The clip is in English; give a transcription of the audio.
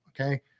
okay